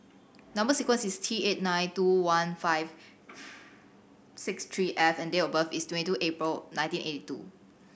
number sequence is T eight nine two one five six three F and date of birth is twenty two April nineteen eighty two